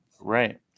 right